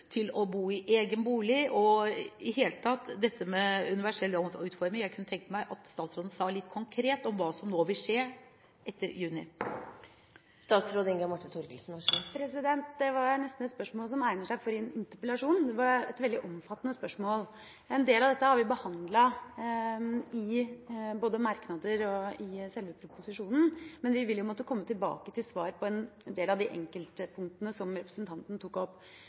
til å bo i egen bolig – og i det hele tatt dette med universell utforming? Jeg kunne tenke meg at statsråden sa litt konkret om hva som vil skje etter juni. Det var nesten et spørsmål som egner seg for en interpellasjon – det var et veldig omfattende spørsmål. En del av dette har vi behandlet både i merknader og i selve proposisjonen, men vi vil måtte komme tilbake til svaret på en del av de enkeltpunktene som representanten tok opp.